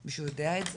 מישהו יודע את זה?